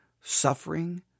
suffering